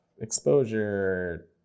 exposure